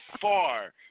far